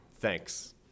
Thanks